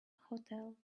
hotel